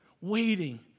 waiting